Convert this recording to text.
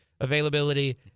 Availability